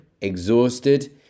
exhausted